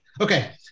Okay